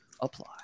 apply